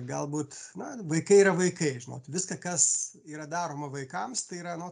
galbūt na vaikai yra vaikai žinot viską kas yra daroma vaikams tai yra no